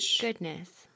goodness